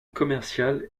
commerciale